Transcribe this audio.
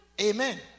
Amen